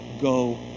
go